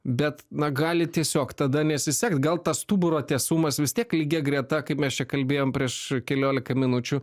bet na gali tiesiog tada nesisekt gal tas stuburo tiesumas vis tiek lygia greta kaip mes čia kalbėjom prieš keliolika minučių